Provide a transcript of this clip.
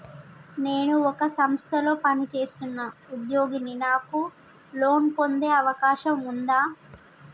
నేను ఒక సంస్థలో పనిచేస్తున్న ఉద్యోగిని నాకు లోను పొందే అవకాశం ఉందా?